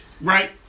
Right